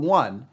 one